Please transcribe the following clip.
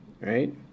right